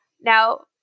Now